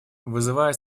вызывает